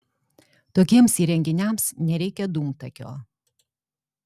tokiems įrenginiams nereikia dūmtakio